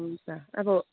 हुन्छ अब